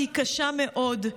והיא קשה מאוד,